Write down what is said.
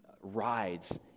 rides